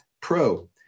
Pro